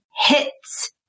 hits